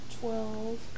twelve